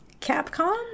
capcom